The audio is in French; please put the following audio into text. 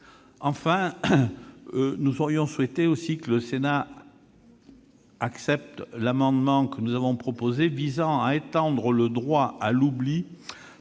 Enfin, nous aurions souhaité que le Sénat examine en séance l'amendement que nous avons proposé visant à étendre le droit à l'oubli,